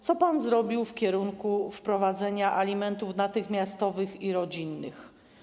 Co pan zrobił w kierunku wprowadzenia alimentów natychmiastowych i rodzinnych?